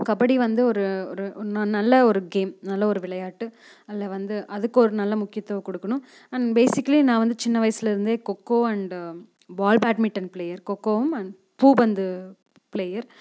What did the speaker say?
கபடி வந்து ஒரு ஒரு ஒரு நல்ல ஒரு கேம் நல்ல ஒரு விளையாட்டு அதில் வந்து அதுக்கு ஒரு நல்ல முக்கியத்துவம் கொடுக்கணும் அண்ட் பேஸிக்கலி நான் வந்து சின்ன வயசுலேருந்தே kho kho and ball badminton player கொக்கோவும் அண்ட் பூப்பந்து பிளேயர்